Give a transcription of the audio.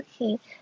Okay